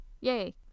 yay